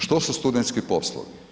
Što su studentski poslovi?